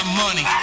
money